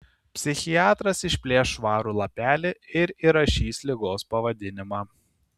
psichiatras išplėš švarų lapelį ir įrašys ligos pavadinimą